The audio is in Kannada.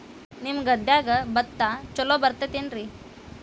ನಿಮ್ಮ ಗದ್ಯಾಗ ಭತ್ತ ಛಲೋ ಬರ್ತೇತೇನ್ರಿ?